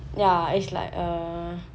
ya it's like a